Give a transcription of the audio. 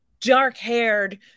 dark-haired